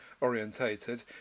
orientated